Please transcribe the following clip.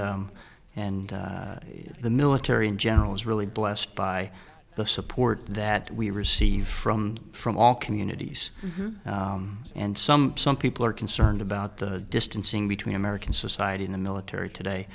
and the military in general is really blessed by the support that we received from from all communities and some some people are concerned about the distancing between american society in the military